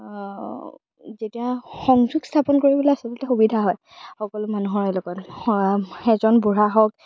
তেতিয়া সংযোগ স্থাপন কৰিবলৈ আচলতে সুবিধা হয় সকলো মানুহৰে লগত এজন বুঢ়া হওক